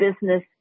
business